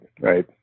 right